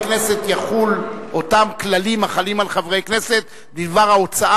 יחולו אותם כללים החלים על חברי הכנסת בדבר ההוצאה